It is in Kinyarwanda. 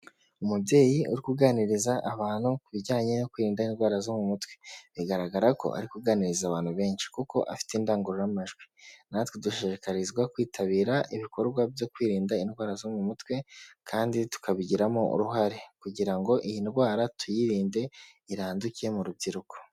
Umubyeyi uri kuganiriza abantu ku bijyanye no kwirinda indwara zo mu mutwe, bigaragara ko ari kuganiriza abantu benshi kuko afite indangururamajwi, natwe dushishikarizwa kwitabira ibikorwa byo kwirinda indwara zo mu mutwe kandi tukabigiramo uruhare, kugira ngo iyi ndwara tuyirinde iranduke mu rubyiruko.